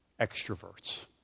extroverts